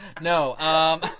No